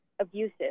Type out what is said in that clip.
abusive